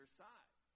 side